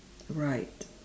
right